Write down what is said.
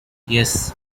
yes